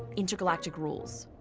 intergalactic rules.